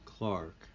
Clark